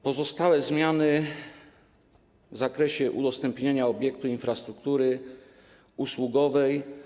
Pozostałe zmiany są w zakresie udostępnienia obiektu infrastruktury usługowej.